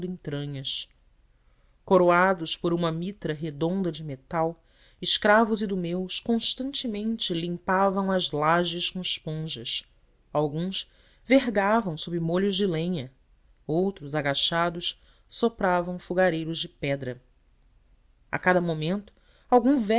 entranhas coroados por uma mitra redonda de metal escravos idumeus constantemente limpavam as lajes com esponjas alguns vergavam sob molhos de lenha outros agachados sopravam fogareiros de pedra a cada momento algum